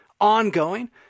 ongoing